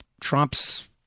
Trump's